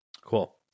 Cool